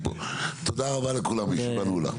תודה רבה לכולם, הישיבה נעולה.